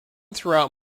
throughout